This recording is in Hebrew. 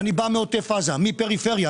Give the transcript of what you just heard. אני בא מעוטף עזה, מהפריפריה.